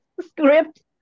script